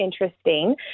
interesting